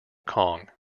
kong